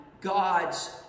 God's